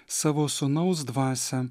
savo sūnaus dvasią